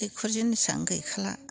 दैखर जिनिसानो गैखाला